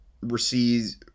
receives